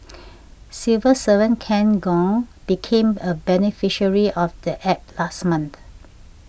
civil servant Ken Gong became a beneficiary of the App last month